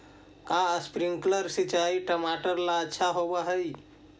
का स्प्रिंकलर सिंचाई टमाटर ला अच्छा होव हई?